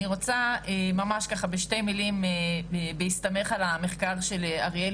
אני רוצה ממש ככה בשתי מילים בהסתמך על המחקר של אריאל